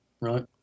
right